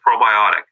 probiotic